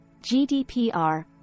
GDPR